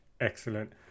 Excellent